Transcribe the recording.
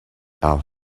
our